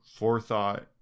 forethought